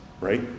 Right